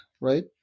right